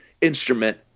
instrument